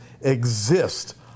exist